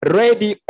ready